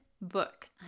book